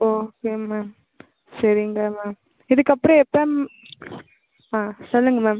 okay ma'am சரிங்க ma'am இதுக்கப்புறம் எப்போ ம் ஆ சொல்லுங்கள் மேம்